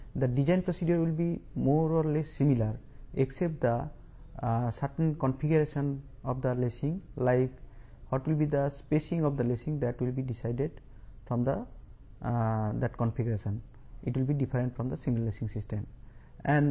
design విధానం lacing యొక్క నిర్దిష్ట కాన్ఫిగరేషన్ అంటే లేసింగ్ యొక్క స్పేసింగ్ వంటివి తప్ప దాదాపుగా మిగతా అంతా సింగిల్ లేసింగ్ సిస్టమ్ లానే ఉంటుంది